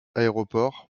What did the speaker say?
aéroport